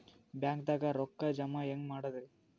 ಬ್ಯಾಂಕ್ದಾಗ ರೊಕ್ಕ ಜಮ ಹೆಂಗ್ ಮಾಡದ್ರಿ?